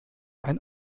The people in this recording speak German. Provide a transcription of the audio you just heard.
ein